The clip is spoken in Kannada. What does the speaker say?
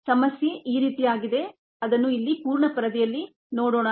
ಸಮಸ್ಯೆ ಈ ರೀತಿಯಾಗಿದೆ ಅದನ್ನು ಇಲ್ಲಿ ಪೂರ್ಣ ಪರದೆಯಲ್ಲಿ ನೋಡೋಣ